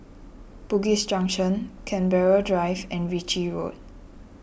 Bugis Junction Canberra Drive and Ritchie Road